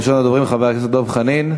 ראשון הדוברים, חבר הכנסת דב חנין.